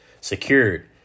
secured